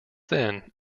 then